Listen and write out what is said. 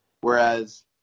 Whereas